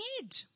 need